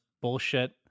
bullshit